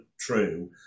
true